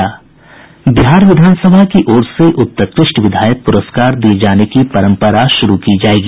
बिहार विधान सभा की ओर से उत्कृष्ट विधायक पुरस्कार दिये जाने की परम्परा शुरू की जायेगी